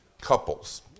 couples